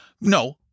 No